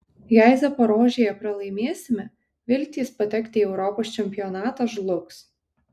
jei zaporožėje pralaimėsime viltys patekti į europos čempionatą žlugs